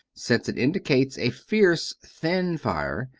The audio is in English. since it indicates a fierce, thin fire,